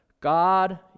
God